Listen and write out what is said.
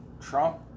Trump